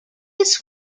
this